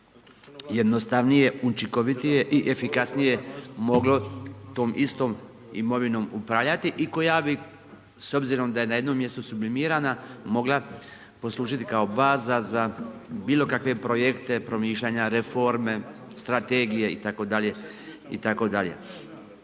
jednostavnije, učinkovitije i efikasnije moglo tom istom imovinom upravljati i koja bi s obzirom da je na jednom mjestu sublimirana mogla poslužiti kao baza za bilo kakve projekte, promišljanja, reforme, strategije itd.,